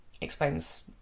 explains